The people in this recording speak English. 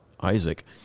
Isaac